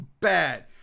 bad